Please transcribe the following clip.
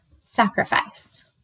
sacrifice